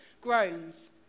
groans